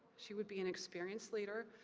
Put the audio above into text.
she would be an experienced leader,